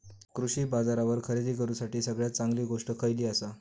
कृषी बाजारावर खरेदी करूसाठी सगळ्यात चांगली गोष्ट खैयली आसा?